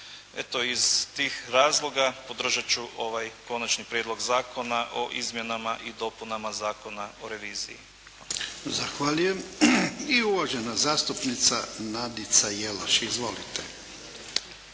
Eto, iz tih razloga podržati ću ovaj Konačni prijedlog zakona o izmjenama i dopunama Zakona o reviziji. Hvala. **Jarnjak, Ivan (HDZ)** Zahvaljujem. I uvažena zastupnica Nadica Jelaš. Izvolite.